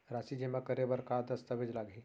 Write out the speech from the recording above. राशि जेमा करे बर का दस्तावेज लागही?